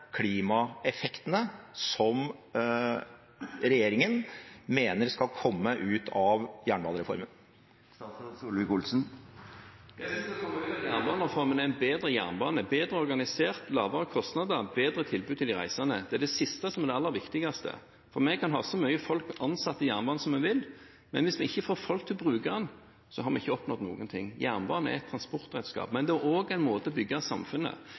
klimaeffektene som regjeringen mener skal komme ut av jernbanereformen? Det som skal komme ut av jernbanereformen, er en bedre jernbane – bedre organisert, lavere kostnader, bedre tilbud til de reisende. Det er det siste som er det aller viktigste. Vi kan ha så mange folk ansatt i jernbanen som vi vil, men hvis vi ikke får folk til å bruke den, har vi ikke oppnådd noen ting. Jernbanen er et transportredskap, men den er også en måte å bygge samfunnet